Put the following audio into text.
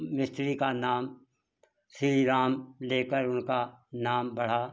मिस्त्री का नाम श्रीराम लेकर उनका नाम बढ़ा